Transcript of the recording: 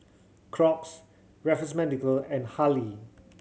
Crocs Raffles Medical and Haylee